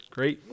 Great